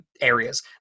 areas